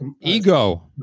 Ego